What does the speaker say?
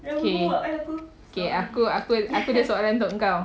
okay okay aku aku aku ada soalan untuk kau